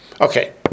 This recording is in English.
okay